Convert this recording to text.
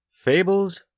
Fables